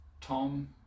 Tom